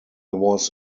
was